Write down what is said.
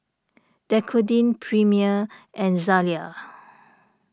Dequadin Premier and Zalia